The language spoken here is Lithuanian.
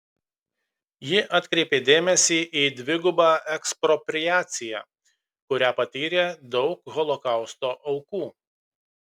ji atkreipė dėmesį į dvigubą ekspropriaciją kurią patyrė daug holokausto aukų